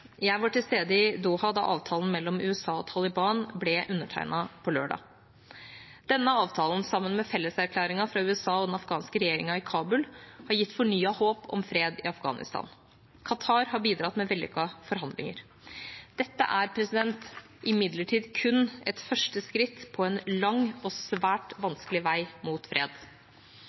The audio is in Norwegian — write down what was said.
Jeg var til stede i Doha da avtalen mellom USA og Taliban ble undertegnet på lørdag. Denne avtalen, sammen med felleserklæringen fra USA og den afghanske regjeringa i Kabul, har gitt fornyet håp om fred i Afghanistan. Qatar har bidratt med vellykkede forhandlinger. Dette er imidlertid kun et første skritt på en lang og svært vanskelig vei mot fred.